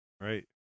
Right